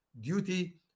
duty